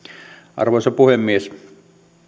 arvoisa puhemies